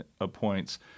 appoints